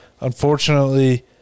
Unfortunately